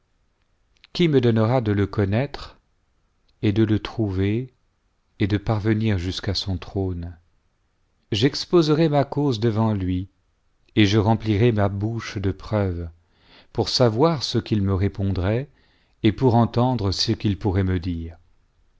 qui me donnera de le connaître et de le trouver et de parvenir jusqu'à son trône j'exposai ma cause devant lui et je remplirais ma bouche de preuve pour savoir ce qu'il me répondrait et pour entendre ce qu'il pourrait me dire